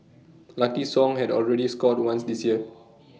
lucky song had already scored once this year